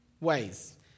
ways